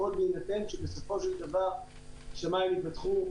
הכול בהינתן שבסופו של דבר השמיים ייפתחו,